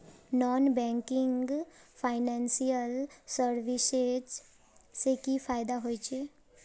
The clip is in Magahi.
नॉन बैंकिंग फाइनेंशियल सर्विसेज से की फायदा होचे?